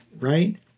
right